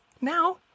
now